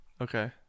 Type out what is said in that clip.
Okay